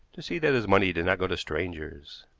to see that his money did not go to strangers.